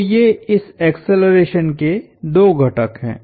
तो ये इस एक्सेलरेशन के दो घटक हैं